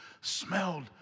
smelled